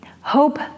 hope